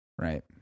Right